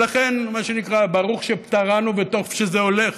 ולכן, מה שנקרא, ברוך שפטרנו, וטוב שזה הולך.